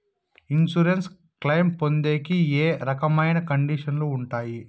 Insurance claim పొందేకి ఏ రకమైన కండిషన్లు ఉంటాయి?